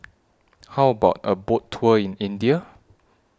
How about A Boat Tour in India